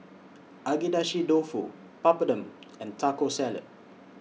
Agedashi Dofu Papadum and Taco Salad